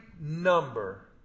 number